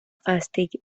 fàstic